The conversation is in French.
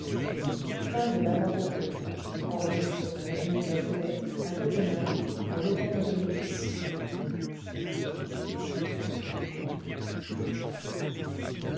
à propos de